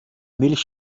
milch